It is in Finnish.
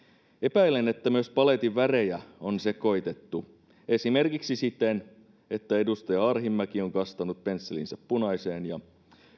epäilen että myös paletin värejä on sekoitettu esimerkiksi siten että edustaja arhinmäki on kastanut pensselinsä punaiseen ja